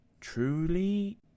Truly